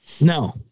No